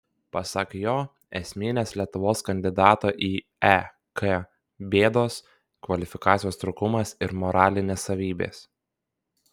pasak jo esminės lietuvos kandidato į ek bėdos kvalifikacijos trūkumas ir moralinės savybės